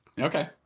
Okay